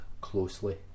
closely